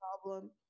problem